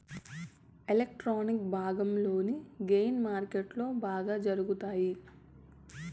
electronic భాగంలోని gain మార్కెట్లో బాగా జరుగుతాయి